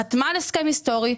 חתמה על הסכם היסטורי,